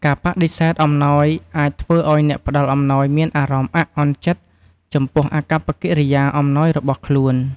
ការបដិសេធអំណោយអាចធ្វើឲ្យអ្នកផ្តល់អំណោយមានអារម្មណ៍អាក់អន់ចិត្តចំពោះអាកប្បកិយាអំណោយរបស់ខ្លួន។